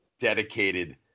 dedicated